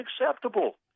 unacceptable